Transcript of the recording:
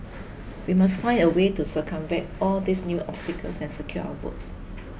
we must find a way to circumvent all these new obstacles and secure our votes